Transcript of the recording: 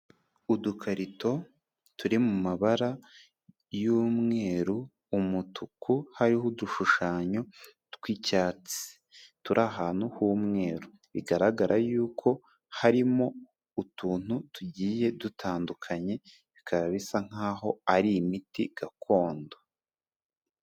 Udukarito turi mu mabara y'umweru, umutuku, hariho udushushanyo tw'icyatsi turi ahantu h'umweru, bigaragara yuko harimo utuntu tugiye dutandukanye bikaba bisa nk'aho ari imiti gakondo.